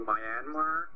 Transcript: Myanmar